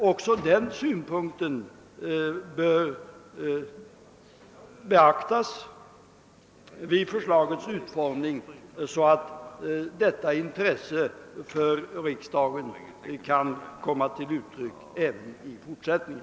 Även den synpunkten bör beaktas vid förslagets utformning, så att detta intresse för riksdagen kan komma till uttryck också i fortsättningen.